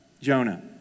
Jonah